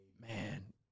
Man